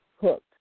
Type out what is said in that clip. hooked